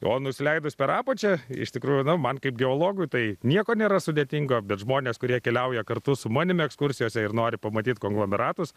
o nusileidus per apačią iš tikrųjų nu man kaip geologui tai nieko nėra sudėtingo bet žmonės kurie keliauja kartu su manim ekskursijose ir nori pamatyt konglomeratus